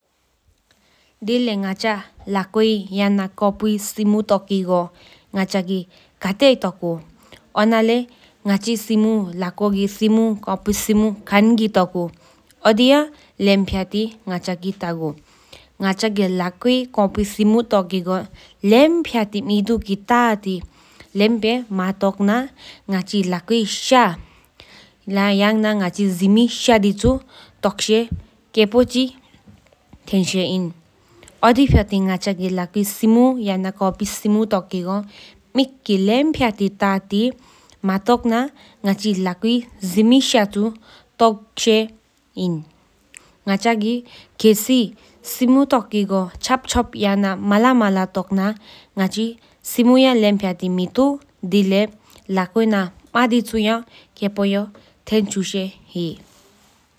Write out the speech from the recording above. དེ་ལེགས་ང་ཅ་ལོ་ཀི་ཡན་ན་ཀོཔི་སེ་མོ་ཏོ་ཀི་གོ་ང་ཅ་གི་ཁ་ཏེ་ཏོ་ཀུ་འོ་ན་ལེས་ང་ཅི་ལོ་ཀོ་སེ་མོ་ཀོཔོས་སེ་མོ་མཁའ་གི་ཏོ་ཀུ་ཨོ་དེ་ཡ་ང་ཅ་གི་ལེམ་བྱད་ཏག་གུ། ག་ཅ་གི་ལོ་ཀོས་ཀོཔོས་སེ་མོ་ཏོ་ཀི་གོ་ལེམ་བྱད་དེ་མི་ཏ་ཏི་མཏོག་ན་ང་ཅི་བྱིས་ཕྱ་ཕྱ་ཏོག་ཤིན་ཤིན་ནིན། ཨོ་དེ་བྱད་དེ་ང་ཅི་ལགས་བྱིས་ཨ་མོ་ཀོཔི་སེ་མོ་ཏོ་ཀི་གི་གོ་མིག་ཀ་ལེམ་བྱད་དེ་མཏོག་ན་ང་ཅི་བྱིས་ཕྱ་ཕྱ་ཏོག་ཤིན་ཤིན་ནིན། ང་ཅ་གི་ཁེལ་སེ་སེ་མོ་ཏོ་གི་ཀོ་ཆབ་ཆབ་ཡན་ན་མ་ལ་མ་ལ་ཏོག་ན་སེ་མོ་ཡ་ལེམ་བྱད་དེ་མཏོག་དེ་ལེགས་ལ་ཀོ་ན་མ་དེ་ཕྱི་ཡ་ཀེ་ཕོ་ཐེ་ཤུ་ཤིས་ནིན།